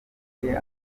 afite